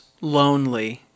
lonely